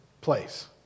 place